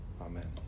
Amen